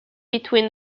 between